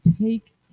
take